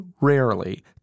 rarely